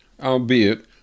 albeit